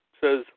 says